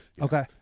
okay